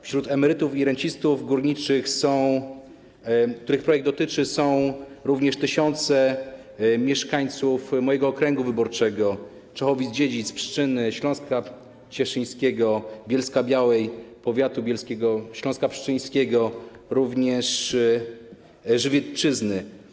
Wśród emerytów i rencistów górniczych, których projekt dotyczy, są również tysiące mieszkańców mojego okręgu wyborczego: Czechowic-Dziedzic, Pszczyny, Śląska Cieszyńskiego, Bielska-Białej, powiatu bielskiego, Śląska Pszczyńskiego, również Żywiecczyzny.